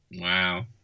Wow